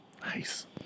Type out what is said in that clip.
Nice